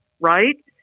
right